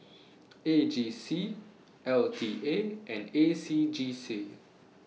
A G C L T A and A C J C